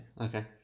okay